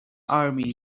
army